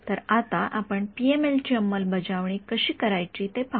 तर आता आपण पीएमएल ची अंमलबजावणी कशी करायची ते पाहू